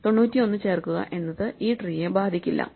തൊണ്ണൂറ്റി ഒന്ന് ചേർക്കുക എന്നത് ഈ ട്രീയെ ബാധിക്കില്ല